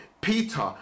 Peter